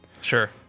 sure